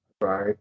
right